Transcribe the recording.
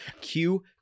Q-